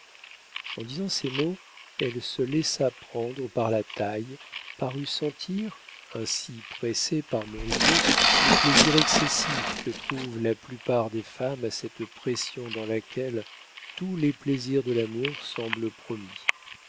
en disant ces mots elle se laissa prendre par la taille parut sentir ainsi pressée par montriveau le plaisir excessif que trouvent la plupart des femmes à cette pression dans laquelle tous les plaisirs de l'amour semblent promis